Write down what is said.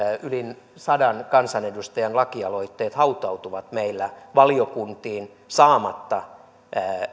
yli sadan kansanedustajan lakialoitteet hautautuvat meillä valiokuntiin saamatta